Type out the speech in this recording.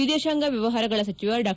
ವಿದೇಶಾಂಗ ವ್ಯವಹಾರಗಳ ಸಚಿವ ಡಾ